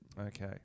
Okay